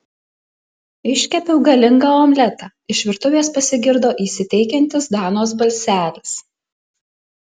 iškepiau galingą omletą iš virtuvės pasigirdo įsiteikiantis danos balselis